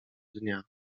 dnia